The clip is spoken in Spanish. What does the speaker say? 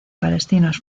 palestinos